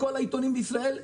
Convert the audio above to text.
בכל העיתונים בישראל,